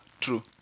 true